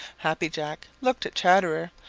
happy jack looked at chatterer,